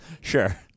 sure